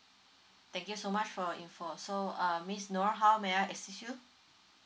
thank you so much for your info so uh miss N O R how may I assist you